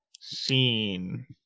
scene